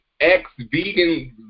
ex-vegan